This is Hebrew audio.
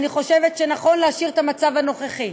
אני חושבת שנכון להשאיר את המצב הנוכחי.